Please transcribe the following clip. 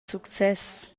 success